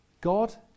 God